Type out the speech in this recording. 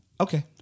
Okay